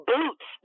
Boots